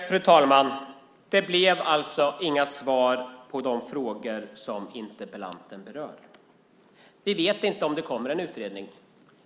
Fru talman! Det blev inga svar på de frågor som interpellanten ställer. Vi vet inte om det kommer en utredning.